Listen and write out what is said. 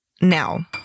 now